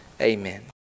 Amen